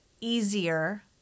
easier